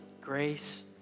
grace